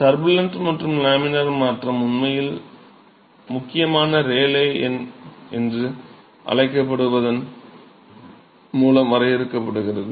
turbulent மற்றும் laminar மாற்றம் உண்மையில் முக்கியமான ரேலே எண் என்று அழைக்கப்படுவதன் மூலம் வரையறுக்கப்படுகிறது